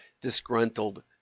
disgruntled